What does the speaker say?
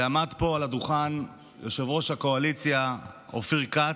ועמד פה על הדוכן יושב-ראש הקואליציה אופיר כץ,